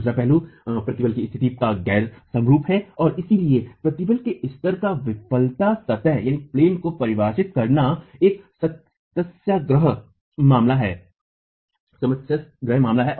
दूसरा पहलू प्रतिबल की स्थिति का गैर समरूप है और इसलिए प्रतिबल के स्तर पर विफलता सतहों को परिभाषित करना एक समस्याग्रस्त मामला है